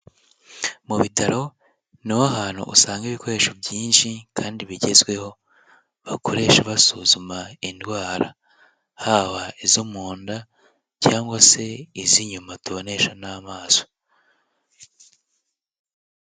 Mu bitaro niho hantu usanga ibikoresho byinshi kandi bigezweho, bakoresha basuzuma indwara, haba izo mu nda cyangwa se izo inyuma tubonesha n'amaso.